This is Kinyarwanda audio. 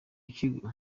kigo